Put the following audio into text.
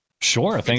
Sure